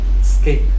escape